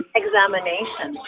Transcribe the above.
examination